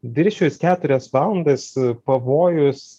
viršijus keturias valandas pavojus